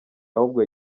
ahubwo